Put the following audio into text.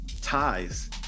ties